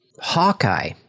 Hawkeye